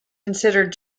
considered